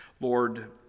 Lord